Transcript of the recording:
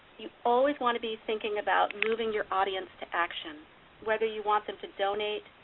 you always want to be thinking about moving your audience to action whether you want them to donate,